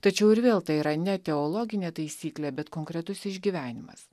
tačiau ir vėl tai yra ne teologinė taisyklė bet konkretus išgyvenimas